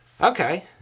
Okay